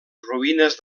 ruïnes